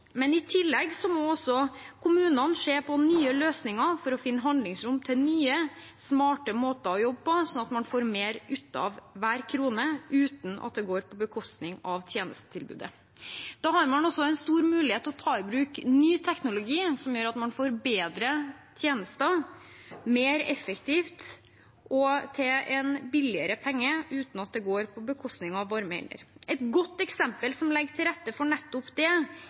Men i tillegg må også kommunene se på nye løsninger for å finne handlingsrom til nye, smarte måter å jobbe på, sånn at man får mer ut av hver krone uten at det går på bekostning av tjenestetilbudet. Da har man også en stor mulighet til å ta i bruk ny teknologi, som gjør at man får bedre tjenester mer effektivt og til en billigere penge, uten at det går på bekostning av varme hender. Et godt eksempel som legger til rette for nettopp det,